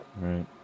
Right